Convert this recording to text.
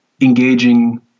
engaging